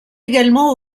également